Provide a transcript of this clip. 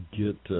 get